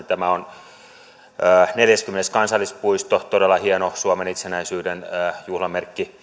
tämä on neljäskymmenes kansallispuisto todella hieno suomen itsenäisyyden juhlan